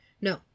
no